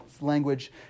language